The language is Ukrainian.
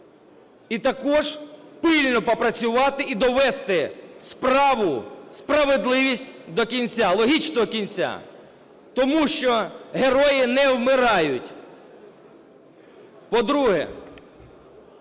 і також пильно попрацювати і довести справу, справедливість до кінця, логічного кінця, тому що герої не вмирають. По-друге,